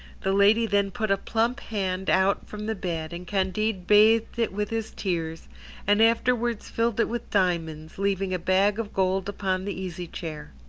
the lady then put a plump hand out from the bed, and candide bathed it with his tears and afterwards filled it with diamonds, leaving a bag of gold upon the easy chair.